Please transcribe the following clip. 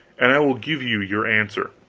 and i will give you your answer.